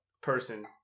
person